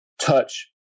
touch